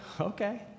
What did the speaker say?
Okay